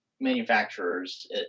manufacturers